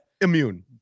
immune